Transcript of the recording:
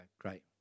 Great